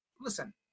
Listen